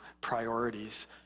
priorities